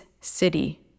city